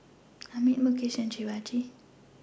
Amit Mukesh and Shivaji